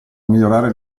migliorare